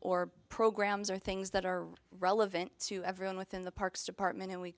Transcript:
or programs or things that are relevant to everyone within the parks department and we